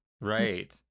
Right